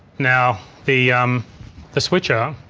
now the um the switcher,